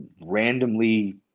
randomly